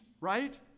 right